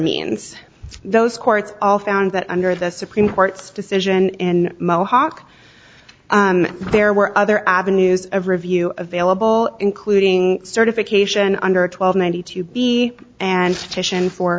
means those courts found that under the supreme court's decision in mohawk there were other avenues of review available including certification under twelve ninety two b and titian for